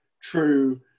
true